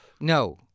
No